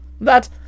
That